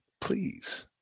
Please